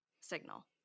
signal